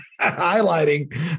highlighting